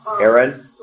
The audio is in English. Aaron